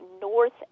north